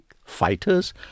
Fighters